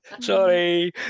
Sorry